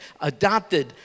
adopted